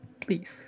please